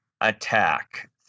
attack